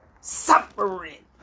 suffering